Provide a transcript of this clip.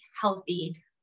healthy